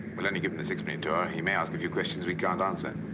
we'll only give him the sixpenny tour. he may ask a few questions we can't answer.